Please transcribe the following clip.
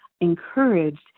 encouraged